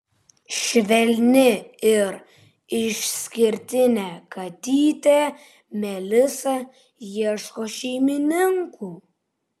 švelni ir išskirtinė katytė melisa ieško šeimininkų